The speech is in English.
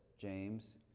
James